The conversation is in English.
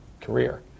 career